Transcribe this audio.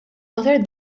mater